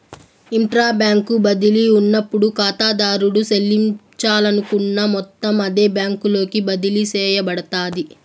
intra bank బదిలీ ఉన్నప్పుడు కాతాదారుడు సెల్లించాలనుకున్న మొత్తం అదే బ్యాంకులోకి బదిలీ సేయబడతాది